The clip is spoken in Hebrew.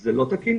זה לא תקין,